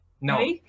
No